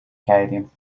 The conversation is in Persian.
کردیم